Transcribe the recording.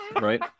Right